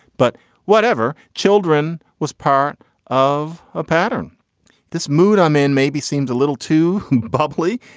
but whatever children was part of a pattern this mood i'm in maybe seemed a little too bubbly.